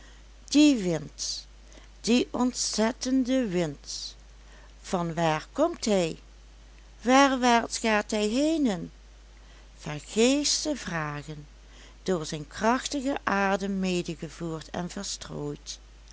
die wind die ontzettende wind van waar komt hij werwaarts gaat hij henen vergeefsche vragen door zijn krachtigen adem medegevoerd en verstrooid